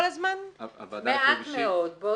מעט מאוד.